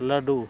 ᱞᱟᱹᱰᱩ